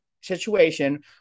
situation